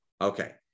Okay